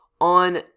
on